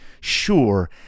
sure